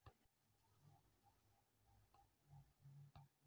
Sir ನಾನು ನನ್ನ ಮಗಳಿಗೆ ಶಿಶು ವಿಕಾಸ್ ಯೋಜನೆಗೆ ಅರ್ಜಿ ಸಲ್ಲಿಸಬಹುದೇನ್ರಿ?